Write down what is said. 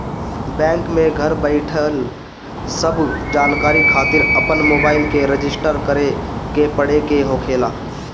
bank में घर बईठल सब जानकारी खातिर अपन मोबाईल के रजिस्टर करे के पड़े के होखेला